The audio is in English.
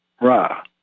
Ra